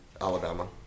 Alabama